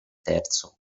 terzo